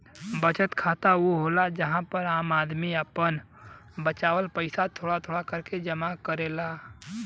बचत खाता ऊ होला जहां पर आम आदमी आपन बचावल पइसा थोड़ा थोड़ा करके जमा करेला